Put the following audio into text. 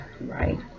right